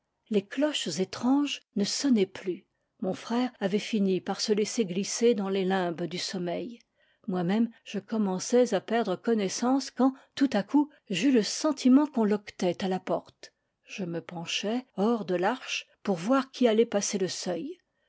les cloches étranges ne sonnaient plus mon frère avait fini par se laisser glisser dans les limbes du sommeil moi-même je commençais à perdre connaissance quand tout à coup j'eus le sentiment qu'on loquetait à la porte je me penchai hors de l'arche pour voir qui allait passer le seuil